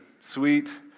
Sweet